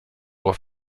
ohr